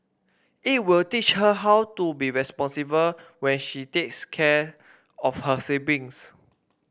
it will teach her how to be responsible when she takes care of her siblings